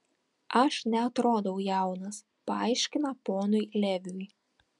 aš neatrodau jaunas paaiškina ponui leviui